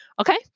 Okay